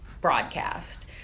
broadcast